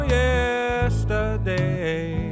yesterday